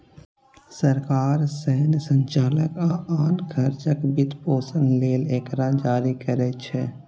सरकार सैन्य संचालन आ आन खर्चक वित्तपोषण लेल एकरा जारी करै छै